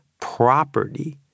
property